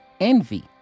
Envy